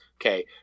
okay